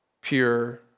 pure